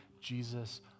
Jesus